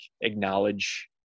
acknowledge